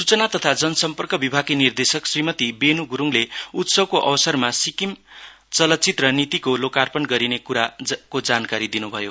सूचना तथा जन सर्म्पक विभागकी निर्देशक श्रीमती बेनु गुरुङले उत्सवको अवसरमा सिक्किम चलचित्र नीतिको लोकार्पण गरिने कुराको जानकारी दिनुभयो